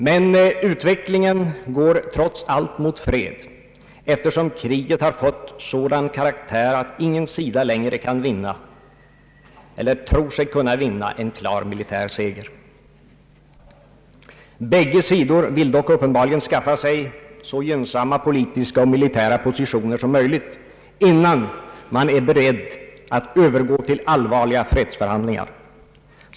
Men utvecklingen går trots allt mot fred, eftersom kriget har fått sådan karaktär, att ingen sida längre tror sig kunna vinna en klar militär seger. Bägge sidor vill dock uppenbarligen skaffa sig så gynnsamma politiska och militära positioner som möjligt innan man är beredd övergå till allvarliga fredsförhandlingar.